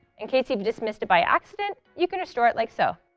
in case you've dismissed it by accident, you can restore it like so.